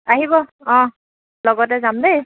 আহিব অঁ লগতে যাম দেই